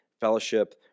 fellowship